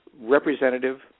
representative